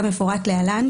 כמפורט להלן,